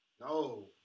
No